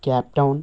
Cape Town